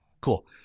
cool